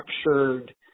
structured